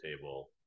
table